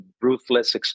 ruthless